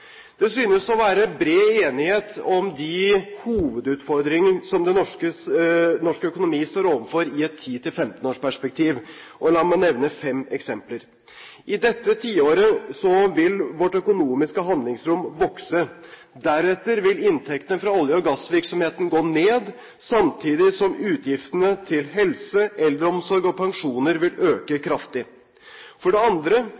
Det synes å være bred enighet om de hovedutfordringene som norsk økonomi står overfor i et 10–15-års-perspektiv. La meg nevne fem eksempler: I dette tiåret vil vårt økonomiske handlingsrom vokse. Deretter vil inntektene fra olje- og gassvirksomheten gå ned, samtidig som utgiftene til helse, eldreomsorg og pensjoner vil øke